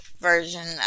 version